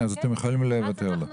אז אנחנו קבענו לעצמנו,